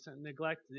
neglect